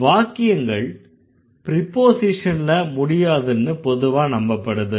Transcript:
வாக்கியங்கள் ப்ரிபோஸிஷன்ல முடியாதுன்னு பொதுவா நம்பப்படுது